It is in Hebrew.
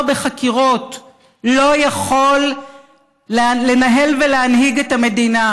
בחקירות לא יכול לנהל ולהנהיג את המדינה,